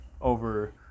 over